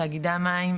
תאגידי המים,